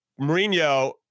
Mourinho